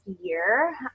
year